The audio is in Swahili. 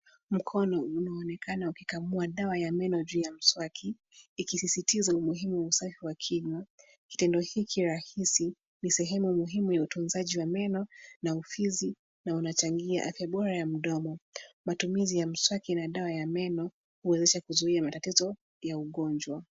Mkono unaonekana ukikamua dawa ya meno juu ya mswaki, ikisisitiza umuhimu wa usafi wa kinywa. Kitendo hiki rahisi, ni sehemu muhimu ya utunzaji wa meno na ufizi na unachangia afya bora ya mdomo. Matumizi ya mswaki na dawa ya meno huwezesha kuzuia matatizo ya ugonjwa.